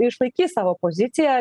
išlaikys savo poziciją